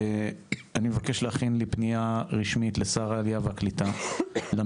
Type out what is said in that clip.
אני מבקש להכין לי פנייה רשמית משותפת לשר העלייה והקליטה ולשר האוצר